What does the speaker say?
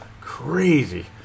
Crazy